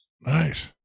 Nice